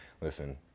listen